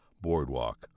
boardwalk